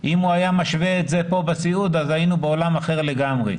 אם הוא היה משווה את זה פה בסיעוד היינו בעולם אחר לגמרי.